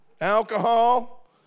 alcohol